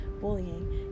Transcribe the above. bullying